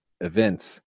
events